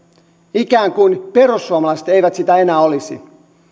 ikään kuin perussuomalaiset eivät sitä enää olisi